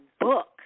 book